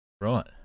Right